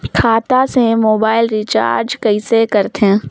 खाता से mobile recharge कइसे करथे